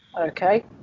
Okay